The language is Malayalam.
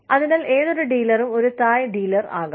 അതിനാൽ ഏതൊരു ഡീലറും ഒരു തായ് ഡീലർ ആകാം